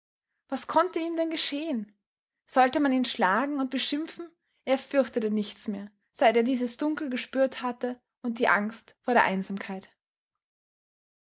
was konnte ihm denn geschehen sollte man ihn schlagen und beschimpfen er fürchtete nichts mehr seit er dieses dunkel gespürt hatte und die angst vor der einsamkeit